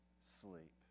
sleep